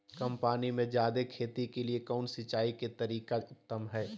कम पानी में जयादे खेती के लिए कौन सिंचाई के तरीका उत्तम है?